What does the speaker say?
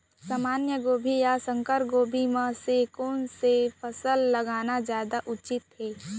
सामान्य गोभी या संकर गोभी म से कोन स फसल लगाना जादा उचित हे?